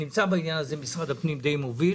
בעניין הזה משרד הפנים די מוביל